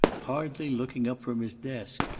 hardly looking up from his desk,